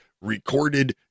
recorded